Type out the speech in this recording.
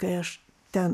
kai aš ten